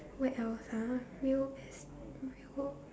what else ah real es~ real